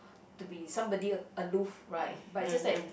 to be somebody aloof right but it just that